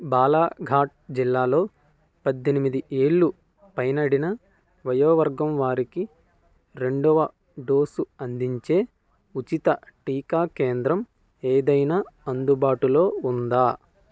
బాలాఘాట్ జిల్లాలో పద్దెనిమిది ఏళ్లు పైబడిన వయోవర్గం వారికి రెండవ డోసు అందించే ఉచిత టీకా కేంద్రం ఏదైనా అందుబాటులో ఉందా